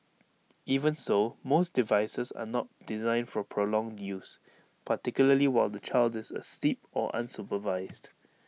even so most devices are not designed for prolonged use particularly while the child is asleep or unsupervised